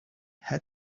had